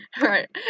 Right